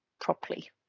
properly